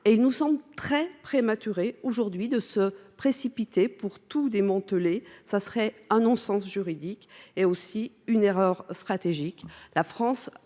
il nous semble tout à fait prématuré, aujourd’hui, de se précipiter pour tout démanteler. Ce serait un non sens juridique et une erreur stratégique.